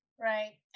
Right